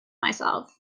myself